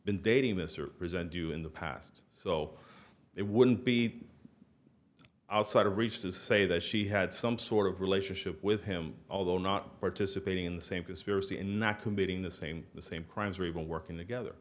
been dating this or present do in the past so it wouldn't be outside of reach to say that she had some sort of relationship with him although not participating in the same conspiracy and not committing the same the same crimes or even working together